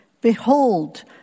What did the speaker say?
Behold